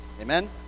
Amen